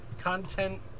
content